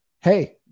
hey